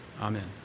Amen